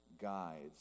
guides